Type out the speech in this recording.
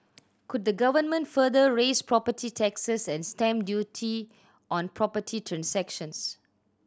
could the government further raise property taxes and stamp duty on property transactions